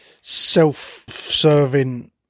self-serving